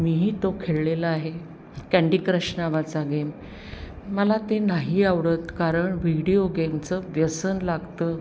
मीही तो खेळलेला आहे कँडी क्रश नावाचा गेम मला ते नाही आवडत कारण व्हिडिओ गेमचं व्यसन लागतं